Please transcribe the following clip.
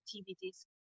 activities